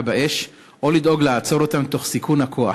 באש או לדאוג לעצור אותן תוך סיכון הכוח.